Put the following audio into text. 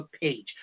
page